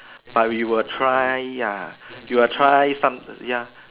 but we were try ya we will try some ya